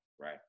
right